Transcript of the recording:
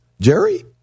Jerry